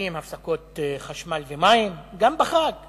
ממשיכים בהפסקות חשמל ומים, גם בחג בכפר-ראמה,